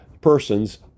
person's